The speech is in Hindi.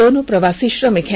दोनों प्र वासी श्रमिक हैं